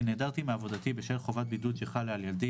כי נעדרתי מעבודתי בשל חובת בידוד שחלה על ילדי,